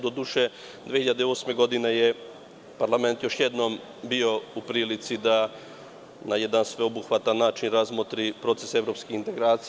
Doduše, 2008. godine je parlament još jednom bio u prilici da na jedan sveobuhvatan način razmotri proces evropskih integracija.